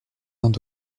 indes